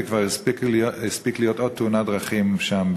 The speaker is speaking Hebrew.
וכבר הספיקה להיות עוד תאונת דרכים שם,